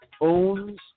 owns